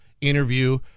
interview